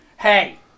Hey